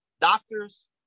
doctors